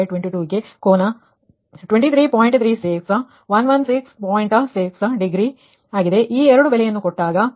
6 degree ಈ ಎರಡು ಬೆಲೆಯನ್ನು ಕೊಟ್ಟಾಗ ಅಂದರೆ 58